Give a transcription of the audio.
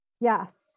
Yes